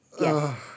Yes